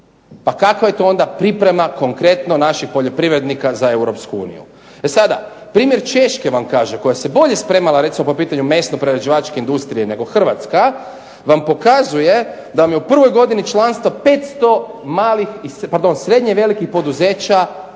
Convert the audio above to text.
Pa kakva je to onda priprema, konkretno, naših poljoprivrednika za EU? E sada, primjer Češke vam kaže, koja se bolje spremala recimo po pitanju mesno-prerađivačke industrije nego Hrvatska, vam pokazuje da vam je u prvoj godini članstva 500 malih i, pardon, srednje velikih poduzeća,